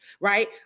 right